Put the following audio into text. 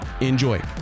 Enjoy